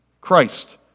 Christ